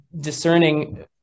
discerning